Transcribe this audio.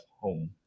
home